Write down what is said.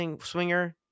swinger